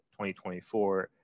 2024